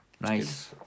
nice